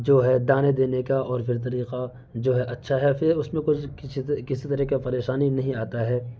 جو ہے دانے دینے کا اور پھر طریقہ جو ہے اچّھا ہے پھر اس میں کچھ کسی طرح کا پریشانی نہیں آتا ہے